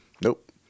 Nope